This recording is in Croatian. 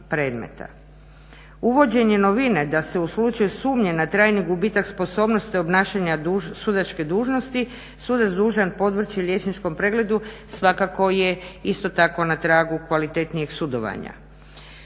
Uvođenje novine da se u slučaju sumnje na trajni gubitak sposobnosti obnašanja sudačke dužnosti sudac dužan podvrći liječničkom pregledu svakako je isto tako na tragu kvalitetnijeg sudovanja.